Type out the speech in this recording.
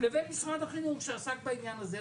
לבין משרד החינוך שעסק בעניין הזה.